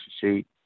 sheet